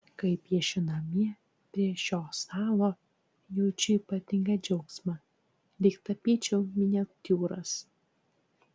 kai piešiu namie prie šio stalo jaučiu ypatingą džiaugsmą lyg tapyčiau miniatiūras